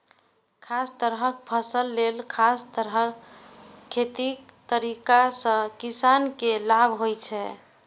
खास तरहक फसल लेल खास तरह खेतीक तरीका सं किसान के लाभ होइ छै